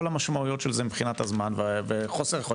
המשמעויות של זה מבחינת הזמן וחוסר היכולת.